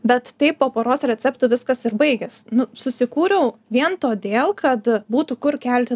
bet taip po poros receptų viskas ir baigės nu susikūriau vien todėl kad būtų kur kelti